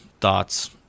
thoughts